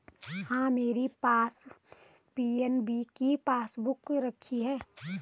हाँ, मेरे पास पी.एन.बी की पासबुक रखी है